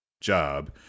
job